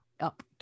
Up